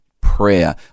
prayer